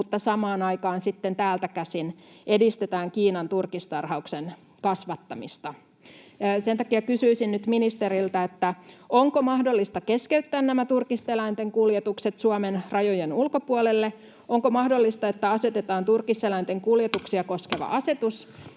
mutta samaan aikaan sitten täältä käsin edistetään Kiinan turkistarhauksen kasvattamista. Sen takia kysyisin nyt ministeriltä: Onko mahdollista keskeyttää nämä turkiseläinten kuljetukset Suomen rajojen ulkopuolelle? Onko mahdollista, että asetetaan turkiseläinten kuljetuksia koskeva asetus?